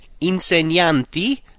insegnanti